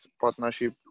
partnership